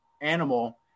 animal